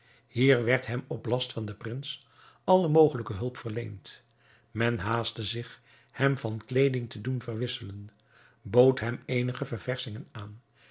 hier werd hem op last van den prins alle mogelijke hulp verleend men haastte zich hem van kleeding te doen verwisselen bood hem eenige ververschingen aan